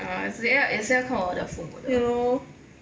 对 lor